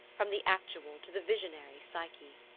from the actual to the visionary psyche.